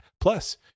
Plus